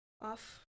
off